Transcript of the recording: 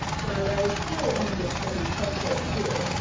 while i was still in the midst of my household gear,